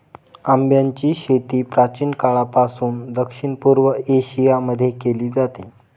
आंब्याची शेती प्राचीन काळापासून दक्षिण पूर्व एशिया मध्ये केली जाते